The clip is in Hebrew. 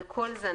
על כל זניה,